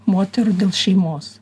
moterų dėl šeimos